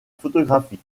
photographie